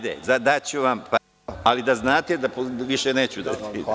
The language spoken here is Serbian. Daću vam, ali da znate da više neću dati.